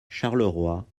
charleroi